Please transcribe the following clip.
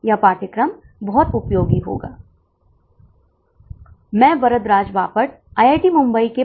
तो कृपया इसे देखिए वहां एक आरक्षित वन है लागत विवरण भी उल्लिखित हैं